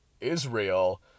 Israel